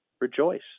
rejoice